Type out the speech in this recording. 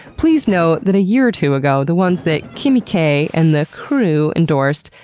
please know that a year or two ago, the ones that kimmy k and the krew endorsed,